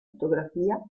fotografia